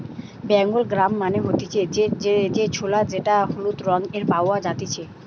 Bengal gram মানে হতিছে যে ছোলা যেটা হলুদ রঙে পাওয়া জাতিছে